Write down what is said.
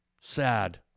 Sad